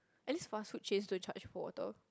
at least fast food chains don't charge for water